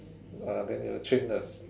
uh then will change the